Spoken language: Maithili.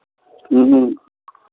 ह्म्म ह्म्म